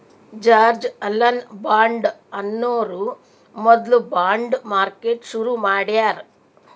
George Alan Bond ಅನ್ನೋರು ಮೊದ್ಲ bond market ಶುರು ಮಾಡ್ಯಾರ್